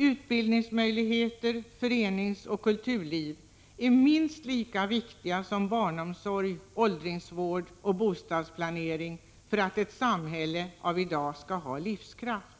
Utbildningsmöjligheter, föreningsoch kulturliv är minst lika viktigt som Prot. 1985/86:128 barnomsorg, åldringsvård och bostadsplanering för att ett samhälle av i dag 25 april 1986 skall ha livskraft.